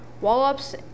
Wallops